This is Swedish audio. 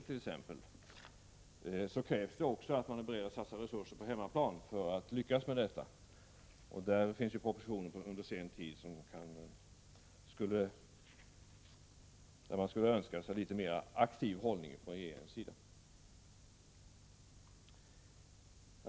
För att lyckas med detta krävs det att man också är beredd att satsa resurser på hemmaplan. Det har på senare tid lagts fram propositioner om detta, där man skulle önska att regeringen visade en litet mer aktiv hållning.